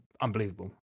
unbelievable